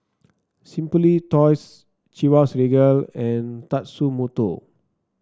Simply Toys Chivas Regal and Tatsumoto